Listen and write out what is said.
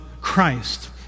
Christ